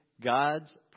God's